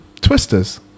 Twisters